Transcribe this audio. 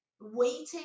waiting